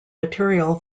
material